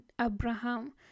Abraham